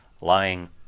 lying